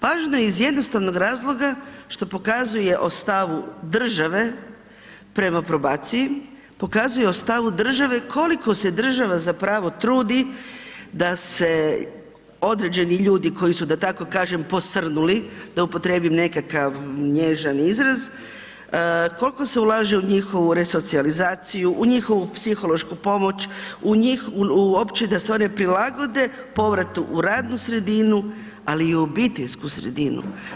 Važno je iz jednostavnog razloga što pokazuje o stavu države prema probaciji, pokazuje o stavu države koliko se država zapravo trudi da se određeni ljudi koji su da tako kažem posrnuli, da upotrijebim nekakav nježan izraz, koliko se ulaže u njihovu resocijalizaciju, u njihovu psihološku pomoć, uopće da se oni prilagode povratu u radnu sredinu ali i u obiteljsku sredinu.